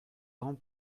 grand